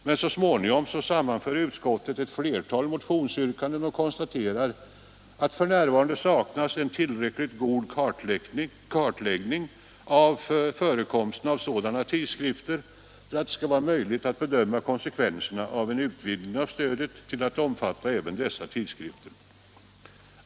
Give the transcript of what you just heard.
Men så småningom sammanför utskottet ett flertal motionsyrkanden och konstaterar. ”F.n. saknas en tillräckligt god kartläggning av förekomsten av sådana tidskrifter för att det skall vara möjligt att bedöma konsekvensen av en utvidgning av stödet till att omfatta även dessa tidskrifter.